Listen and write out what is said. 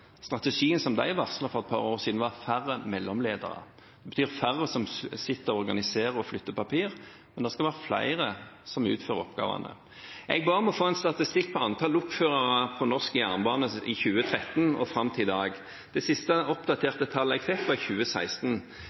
Strategien som de varslet for et par år siden, var færre mellomledere. Det betyr færre som sitter og organiserer og flytter papir, men flere som utfører oppgavene. Jeg ba om å få en statistikk over antall lokførere på norsk jernbane i 2013 og fram til i dag. Det siste oppdaterte tallet jeg fikk, var for 2016. Det var nesten 100 flere lokførere i 2016